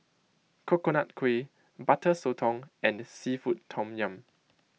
Coconut Kuih Butter Sotong and Seafood Tom Yum